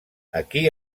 aquí